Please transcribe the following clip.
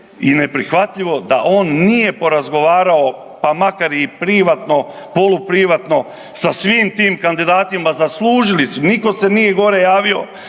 i neprihvatljivo da on nije porazgovarao, pa makar i privatno, poluprivatno sa svim tim kandidatima, zaslužili su, nitko se nije gore javio